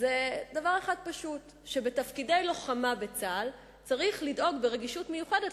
זה דבר אחד פשוט: שבתפקידי לוחמה בצה"ל צריך לדאוג ברגישות מיוחדת